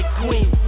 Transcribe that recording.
queen